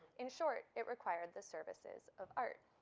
in short, it required the services of art.